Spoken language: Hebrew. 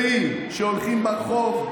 סוד קטן: לא רק הילדים שלי הולכים ברחוב,